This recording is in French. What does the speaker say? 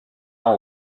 ans